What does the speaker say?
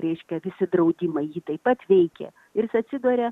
reiškia įsitraukimą jį taip pat veikė ir jis atsiduria